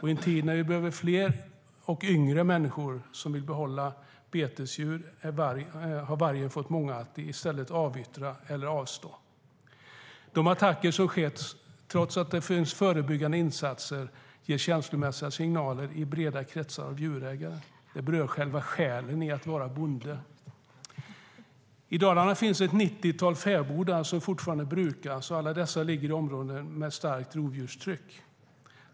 I en tid när vi behöver fler och yngre människor som vill hålla betesdjur har vargen fått många att i stället avyttra eller avstå. De attacker som har skett, trots att det har gjorts förebyggande insatser, ger känslomässiga signaler i breda kretsar av djurägare. Det berör själva själen i att vara bonde. I Dalarna finns ett 90-tal fäbodar som fortfarande brukas. Alla dessa ligger i områden med starkt rovdjurstryck.